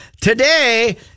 today